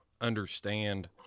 understand